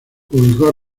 publicó